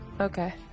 okay